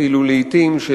ואפילו סרבנית לעתים,